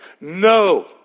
No